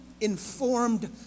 informed